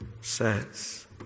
says